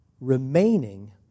remaining